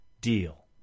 deal